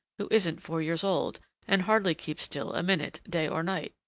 who isn't four years old and hardly keeps still a minute day or night.